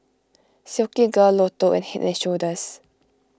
Silkygirl Lotto and Head and Shoulders